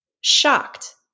shocked